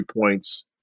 points